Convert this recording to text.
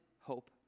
hope